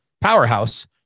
powerhouse